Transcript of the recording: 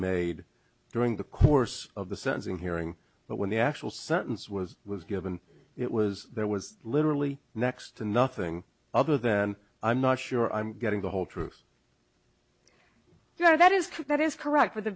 made during the course of the sentencing hearing but when the actual sentence was was given it was there was literally next to nothing other than i'm not sure i'm getting the whole truth you are that is that is correct with the